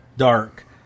dark